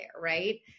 right